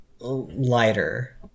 Lighter